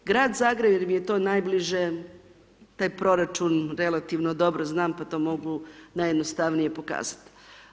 Grad Zagreb, jer mi je to najbliže, taj proračun relativno dobro znam pa to mogu najjednostavnije pokazati.